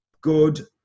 good